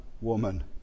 woman